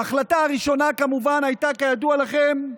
ההחלטה הראשונה כמובן הייתה, כידוע לכם,